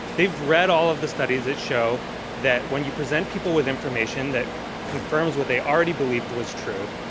they've read all of the studies that show that when you present people with information that confirms what they already believed was true,